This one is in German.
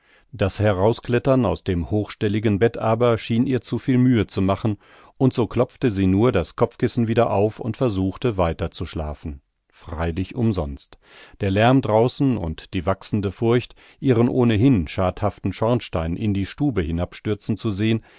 das herausklettern aus dem hochstelligen bett aber schien ihr zu viel mühe zu machen und so klopfte sie nur das kopfkissen wieder auf und versuchte weiter zu schlafen freilich umsonst der lärm draußen und die wachsende furcht ihren ohnehin schadhaften schornstein in die stube hinabstürzen zu sehn